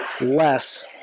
less